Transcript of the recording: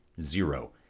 Zero